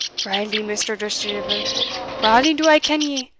brawly, mr. dusterdeevil brawly do i ken ye,